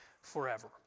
forever